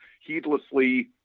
heedlessly